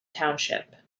township